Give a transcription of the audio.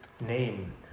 name